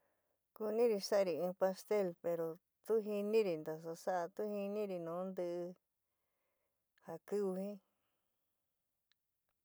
Kuniri saari in pastel pero tu jiniri ntasa saa, tu jiniri nu ntii ja kiu jin.